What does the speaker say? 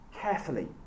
carefully